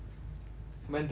when do you want to go out